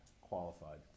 qualified